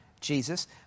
Jesus